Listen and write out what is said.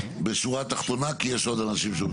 ולכן אדוני בשורה התחתונה כי יש עוד אנשים שרוצים.